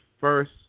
first